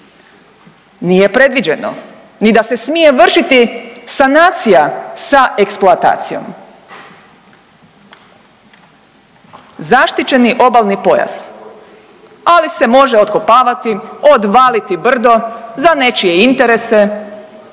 Nije predviđeno ni da se smije vršiti sanacija sa eksploatacijom. Zaštićeni obalni pojas, ali se može otkopavati, odvaliti brdo za nečije interese,